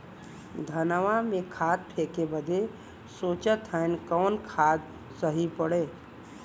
धनवा में खाद फेंके बदे सोचत हैन कवन खाद सही पड़े?